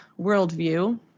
worldview